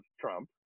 Trump